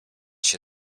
się